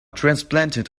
transplanted